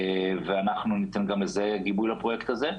ואנחנו ניתן גיבוי גם לפרויקט הזה,